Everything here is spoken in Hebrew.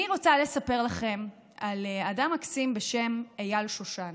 אני רוצה לספר לכם על אדם מקסים בשם אייל שושן.